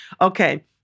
Okay